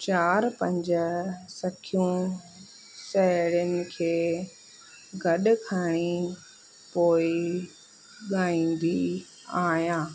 चारि पंज सखियूं साहेड़ियुनि खे गॾु खणी पोइ ॻाईंदी आहियां